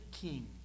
king